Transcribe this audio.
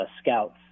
scouts